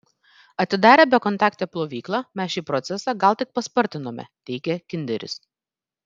atidarę bekontaktę plovyklą mes šį procesą gal tik paspartinome teigia kinderis